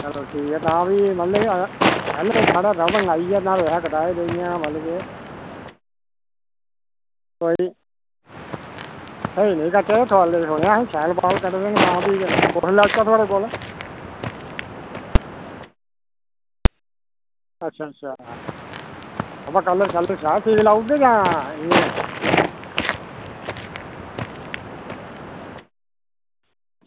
चलो ठीक ऐ तां बी मतलब कोई नेईं स्हेई नेईं हे कट्टे थुआढ़े लेई सुनेआ कि शैल बाल कट्टदे कुसलै आचै थुआढ़े कोल